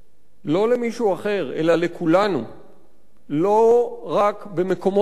לא למישהו אחר אלא לכולנו, לא רק במקומות אחרים,